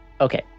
Okay